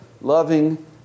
loving